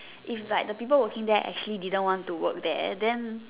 if like the people working there actually didn't want to work there then